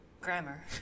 Grammar